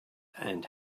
and